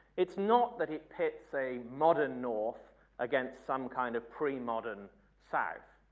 it's not that it pits a modern north against some kind of pre-modern south,